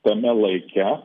tame laike